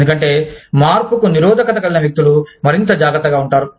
ఎందుకంటే మార్పుకు నిరోధకత కలిగిన వ్యక్తులు మరింత జాగ్రత్తగా ఉంటారు